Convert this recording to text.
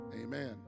Amen